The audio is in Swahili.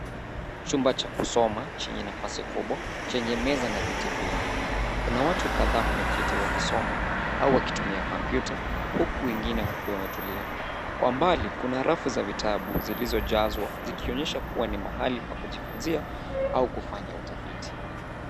Chumba cha kusoma chenye nafasi kubwa, chenye meza na viti vingi. Kuna watu kadhaa wameketi wakisoma au wakitumia kompyuta huku wengine wakiwa wametulia. Kwa mbali kuna rafu za vitabu zilizo jazwa zikionyesha kuwa ni mahali pa kujifunzia au kufanyia utafiti.